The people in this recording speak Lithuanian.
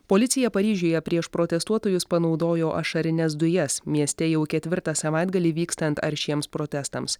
policija paryžiuje prieš protestuotojus panaudojo ašarines dujas mieste jau ketvirtą savaitgalį vykstant aršiems protestams